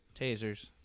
Tasers